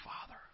Father